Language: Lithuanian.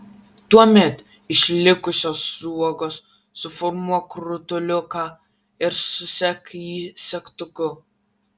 tuomet iš likusios sruogos suformuok rutuliuką ir susek jį segtuku